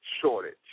shortage